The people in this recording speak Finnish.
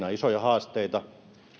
on isoja haasteita